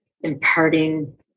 imparting